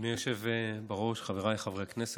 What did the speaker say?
אדוני היושב בראש, חבריי חברי הכנסת,